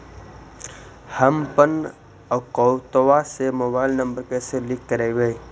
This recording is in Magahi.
हमपन अकौउतवा से मोबाईल नंबर कैसे लिंक करैइय?